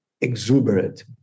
exuberant